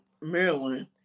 Maryland